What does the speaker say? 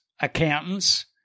accountants